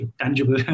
tangible